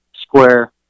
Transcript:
square